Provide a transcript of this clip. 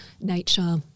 Nature